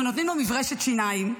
אנחנו נותנים לו מברשת שיניים,